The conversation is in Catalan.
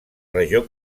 regió